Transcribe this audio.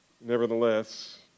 Nevertheless